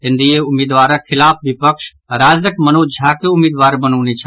NDA उम्मीदवारक खिलाफ विपक्ष राजदक मनोज झा के उम्मीदवार बनौने छल